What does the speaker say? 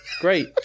great